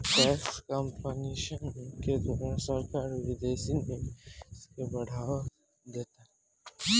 tax competition के द्वारा सरकार विदेशी निवेश के बढ़ावा देता